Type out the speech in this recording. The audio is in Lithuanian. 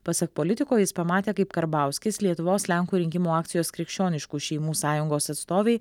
pasak politiko jis pamatė kaip karbauskis lietuvos lenkų rinkimų akcijos krikščioniškų šeimų sąjungos atstovei